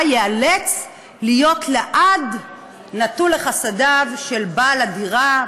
ייאלץ לעד להיות נתון לחסדיו של בעל הדירה,